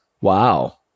Wow